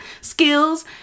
skills